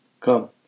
Come